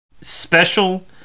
special